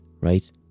Right